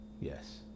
Yes